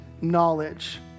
knowledge